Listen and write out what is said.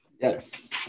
Yes